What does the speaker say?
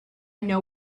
know